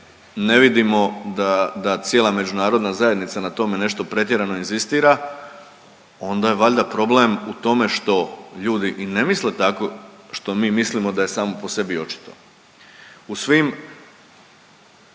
ne vidimo da cijela Međunarodna zajednica na tome nešto pretjerano inzistira onda je valjda problem u tome što ljudi i ne misle tako što mi mislimo da je samo po sebi očito. U svim